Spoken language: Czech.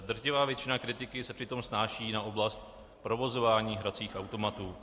Drtivá většina kritiky se přitom snáší na oblast provozování hracích automatů.